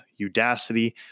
Udacity